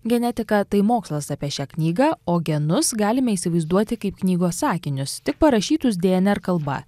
genetika tai mokslas apie šią knygą o genus galime įsivaizduoti kaip knygos sakinius tik parašytus dnr kalba